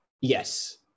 yes